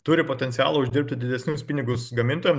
turi potencialo uždirbti didesnius pinigus gamintojam